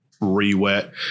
re-wet